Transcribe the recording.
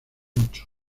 ocho